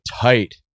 tight